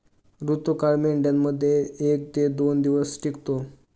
ऋतुकाळ मेंढ्यांमध्ये एक ते दोन दिवस टिकतो